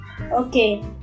Okay